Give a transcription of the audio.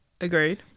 Agreed